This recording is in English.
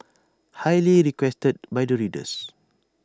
highly requested by the readers